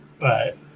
Right